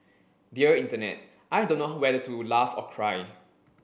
dear Internet I don't know whether to laugh or cry